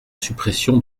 suppression